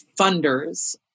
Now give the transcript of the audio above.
funders